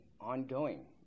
ongoing